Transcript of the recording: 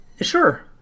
Sure